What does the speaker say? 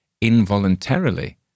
Involuntarily